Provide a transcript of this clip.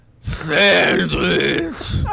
sandwich